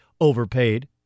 overpaid